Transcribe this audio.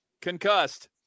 concussed